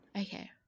Okay